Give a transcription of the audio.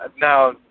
now